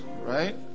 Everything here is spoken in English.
right